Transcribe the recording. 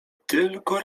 tylko